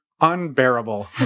unbearable